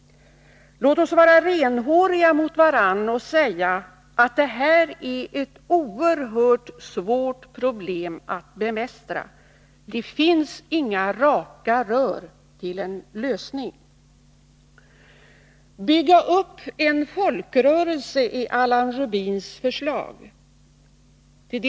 Låt oss vara renhåriga mot varandra och erkänna att det här är ett oerhört svårt problem att bemästra. Det finns inga raka rör till en lösning. Bygga upp en folkrörelse är Allan Rubins förslag.